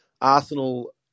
Arsenal